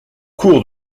cours